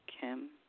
Kim